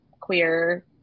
queer